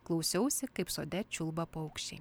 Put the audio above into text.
klausiausi kaip sode čiulba paukščiai